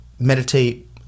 meditate